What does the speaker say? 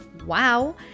Wow